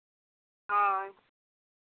ᱦᱳᱭ